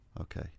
Okay